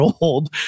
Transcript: old